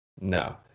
No